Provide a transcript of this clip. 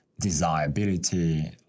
desirability